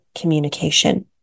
communication